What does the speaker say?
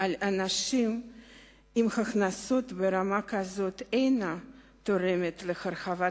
על אנשים עם הכנסות ברמה כזאת אינה תורמת להרחבת